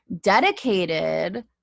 dedicated